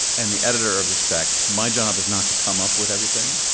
and the editor of the spec, my job is not to come up with everything.